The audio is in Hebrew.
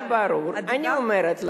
לא היה ברור, את דיברת, אני אומרת לך,